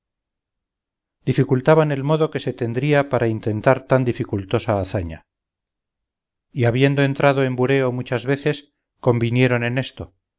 dificultaban el modo que se tendría para intentar tan dificultosa hazaña y habiendo entrado en bureo muchas veces convinieron en esto